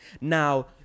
now